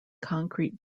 concrete